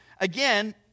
Again